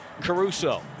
Caruso